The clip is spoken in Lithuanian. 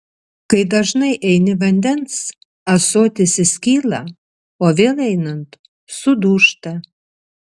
kai dažnai eini vandens ąsotis įskyla o vėl einant sudūžta